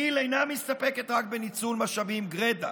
כי"ל אינה מסתפקת רק בניצול משאבים גרידא